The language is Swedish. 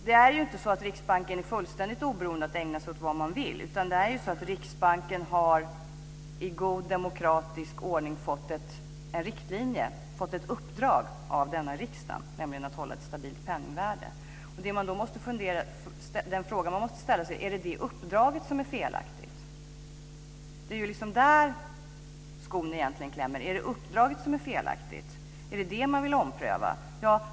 Det är ju inte så att Riksbanken är fullständigt oberoende att ägna sig åt vad man vill. Riksbanken har i god demokratisk ordning fått en riktlinje, ett uppdrag, av denna riksdag, nämligen att hålla ett stabilt penningvärde. Den fråga man måste ställa sig är: Är det uppdraget som är felaktigt? Det är där skon egentligen klämmer. Är det uppdraget som är felaktigt, är det det man vill ompröva?